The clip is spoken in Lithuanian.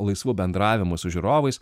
laisvu bendravimu su žiūrovais